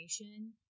information